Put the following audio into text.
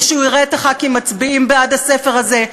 כשהוא יראה את הח"כים מצביעים בעד הספר הזה,